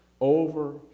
over